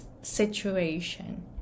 situation